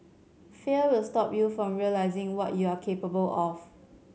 fear will stop you from realising what you are capable of